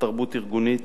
בתרבות ארגונית